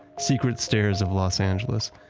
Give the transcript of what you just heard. secret stairs of los angeles,